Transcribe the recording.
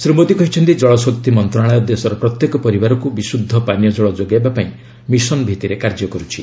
ଶ୍ରୀ ମୋଦୀ କହିଛନ୍ତି ଜଳଶକ୍ତି ମନ୍ତ୍ରଣାଳୟ ଦେଶର ପ୍ରତ୍ୟେକ ପରିବାରକୁ ବିଶୁଦ୍ଧ ପାନୀୟ ଜଳ ଯୋଗାଇବା ପାଇଁ ମିଶନ ଭିତ୍ତିରେ କାର୍ଯ୍ୟ କରୁଛି